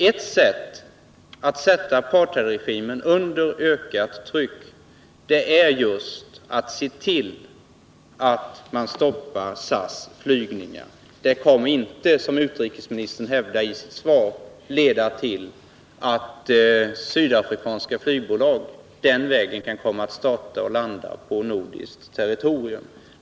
Ett sätt att sätta apartheidregimen under ökat tryck är just att se till att man stoppar SAS flygningar. Det kommer inte, som utrikesministern hävdar i sitt svar, att leda till att sydafrikanska flygbolag den vägen kan komma att starta och landa på nordiskt territorium.